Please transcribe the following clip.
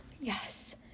Yes